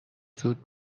زود